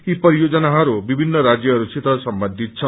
यी परियोजनाहरू विभिन्न राज्यहरूसित सम्बन्धित छन्